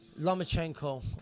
Lomachenko